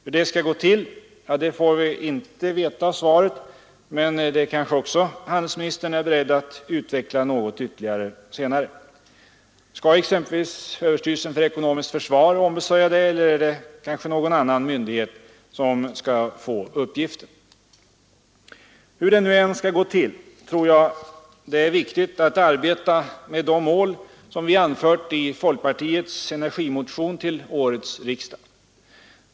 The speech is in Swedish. Hur detta skall gå till får vi inte veta av svaret, men också det kanske handelsministern är beredd att utveckla något ytterligare. Skall exempelvis överstyrelsen för ekonomiskt försvar ombesörja det eller är det måhända någon annan myndighet som skall få uppgiften? Hur det nu än skall gå till tror jag det är viktigt att arbeta med de mål vi angett i folkpartiets energimotion till årets riksdag.